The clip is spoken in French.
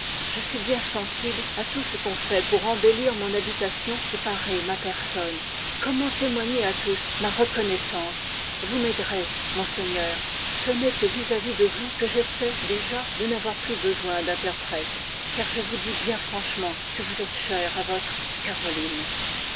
je suis bien sensible à tout ce qu'on fait pour embellir mon habitation et parer ma personne comment témoigner à tous ma reconnoissance vous m'aiderez monseigneur ce n'est que vis-à-vis de y vous que j'essaie déjà de n'avoir plus besoin d'interprète car je vous dis bien franchenent que vous êtes cher à votre caroline